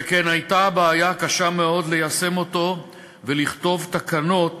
שכן היה בעיה שהקשתה מאוד ליישם אותו ולכתוב תקנות